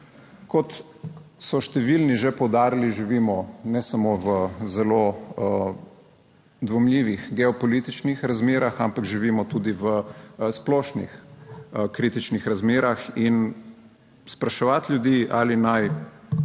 Kot so številni že poudarili, živimo ne samo v zelo dvomljivih geopolitičnih razmerah, ampak živimo tudi v splošnih kritičnih razmerah. In spraševati ljudi, ali naj